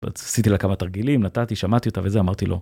עשיתי לה כמה תרגילים, נתתי, שמעתי אותה, וזה... אמרתי לא.